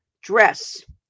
dress